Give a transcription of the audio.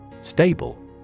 Stable